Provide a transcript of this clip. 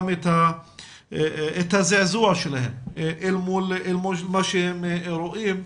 את הזעזוע שלהם אל מול מה שהם רואים,